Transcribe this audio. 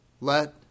let